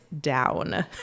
down